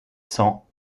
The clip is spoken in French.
cents